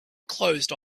closed